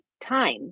time